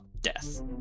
death